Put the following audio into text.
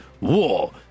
War